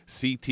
CT